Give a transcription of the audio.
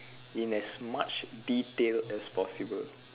in as much detail as possible